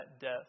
death